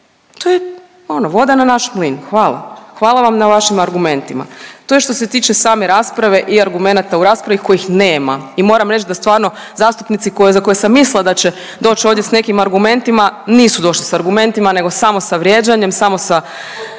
to je ono voda na naš mlin. Hvala, hvala vam na vašim argumentima. To je što se tiče same rasprave i argumenata u raspravi kojih nema i moram reć da stvarno zastupnici koji, za koje sam mislila da će doć ovdje s nekim argumentima nisu došli s argumentima nego samo sa vrijeđanjem, samo sa